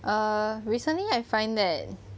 err recently I find that